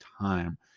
time